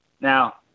Now